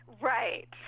Right